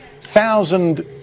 Thousand